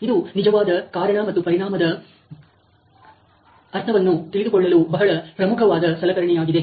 ಇದು ನಿಜವಾದ ಕಾರಣ ಮತ್ತು ಪರಿಣಾಮದ ಅರ್ಥವನ್ನು ತಿಳಿದುಕೊಳ್ಳಲು ಬಹಳ ಪ್ರಮುಖವಾದ ಸಲಕರಣೆಯಾಗಿದೆ